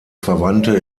verwandte